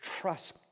trust